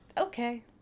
okay